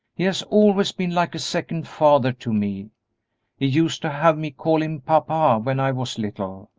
he has always been like a second father to me he used to have me call him papa when i was little,